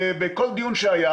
בכל דיון שהיה.